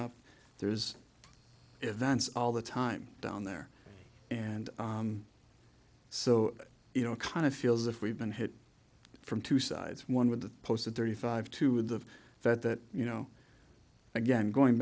up there's events all the time down there and so you know it kind of feels as if we've been hit from two sides one with the post at thirty five to the fact that you know again going